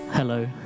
Hello